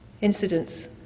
incidents